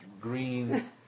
green